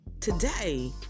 today